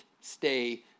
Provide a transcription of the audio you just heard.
stay